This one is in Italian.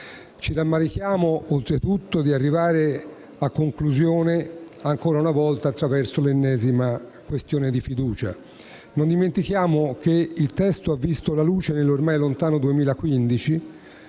Ci rammarichiamo oltretutto di arrivare a conclusione, ancora una volta, attraverso l'ennesima questione di fiducia. Non dimentichiamo che il testo ha visto la luce nell'ormai lontano 2015,